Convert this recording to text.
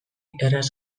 erraz